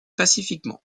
pacifiquement